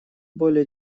более